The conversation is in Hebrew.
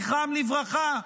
זכרם לברכה?